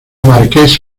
marqués